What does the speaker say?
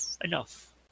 Enough